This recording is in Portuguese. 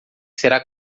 será